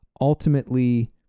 ultimately